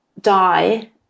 die